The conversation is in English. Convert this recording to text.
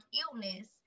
illness